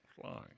flying